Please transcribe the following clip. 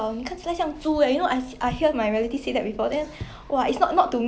and then there's like sometimes you have you know your throat 有那个 thyroid or something